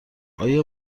آیا